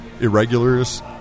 Irregulars